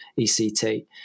ECT